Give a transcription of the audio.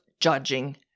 judging